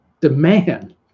demand